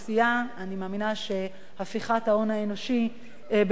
אני מאמינה שהפיכת ההון האנושי בישראל,